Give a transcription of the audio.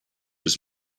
his